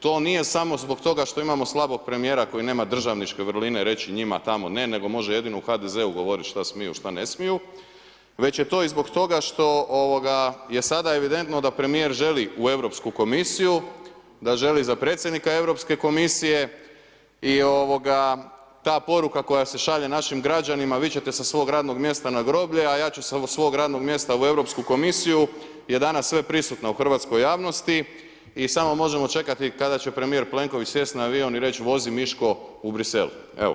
To nije samo zbog toga što imamo slabog premijera koji nema državničke vrline reći njima tamo ne nego može jedino u HDZ-u govoriti šta smiju šta ne smiju, već je to i zbog toga što je sada evidentno da premijer želi u Europsku komisiju, da želi za predsjednika Europske komisije i ta poruka koja se šalje našim građanima, vi ćete sa svojeg radnog mjesta na groblje, a ja ću sa svog radnog mjesta u Europsku komisiju je danas sve prisutna u hrvatskoj javnosti i smo može čekati kada će premijer Plenković sjest na avion i reći vozi Miško u Bruxelles.